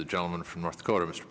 the gentleman from north dakota